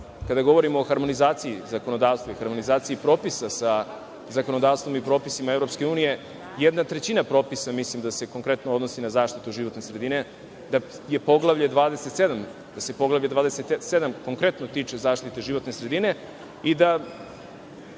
kada govorimo o harmonizaciji zakonodavstva i harmonizaciji propisa sa zakonodavstvo i propisima EU, jedna trećina popisa mislim da se konkretno odnosi na zaštitu životne sredine, da se Poglavlje 27 konkretno tiče zaštite životne sredine i da